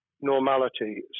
normality